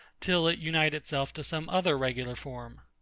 till it unite itself to some other regular form.